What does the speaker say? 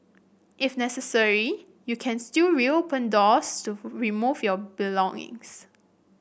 if necessary you can still reopen doors to remove your belongings